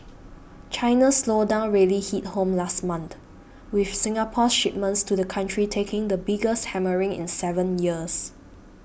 China's slowdown really hit home last month with Singapore's shipments to the country taking the biggest hammering in seven years